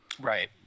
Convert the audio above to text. Right